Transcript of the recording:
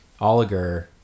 oliger